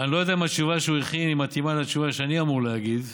אני לא יודע אם התשובה שהוא הכין מתאימה לתשובה שאני אמור להגיד,